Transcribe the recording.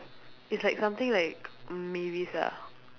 it's like something like mavis ah